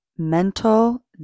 Mental